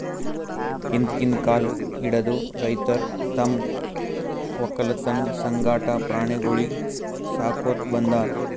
ಹಿಂದ್ಕಿನ್ ಕಾಲ್ ಹಿಡದು ರೈತರ್ ತಮ್ಮ್ ವಕ್ಕಲತನ್ ಸಂಗಟ ಪ್ರಾಣಿಗೊಳಿಗ್ ಸಾಕೋತ್ ಬಂದಾರ್